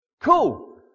Cool